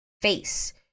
Face